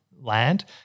land